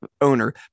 owner